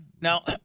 Now